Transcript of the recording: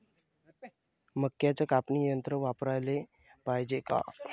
मक्क्याचं कापनी यंत्र वापराले पायजे का?